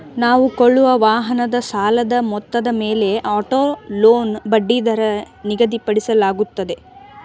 ನಾವು ಕೊಳ್ಳುವ ವಾಹನದ ಸಾಲದ ಮೊತ್ತದ ಮೇಲೆ ಆಟೋ ಲೋನ್ ಬಡ್ಡಿದರ ನಿಗದಿಪಡಿಸಲಾಗುತ್ತದೆ